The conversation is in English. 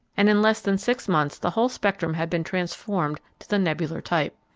and in less than six months the whole spectrum had been transformed to the nebular type.